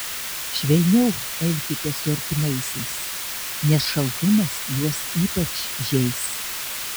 švelniau elkitės su artimaisiais nes šaltumas juos ypač žeis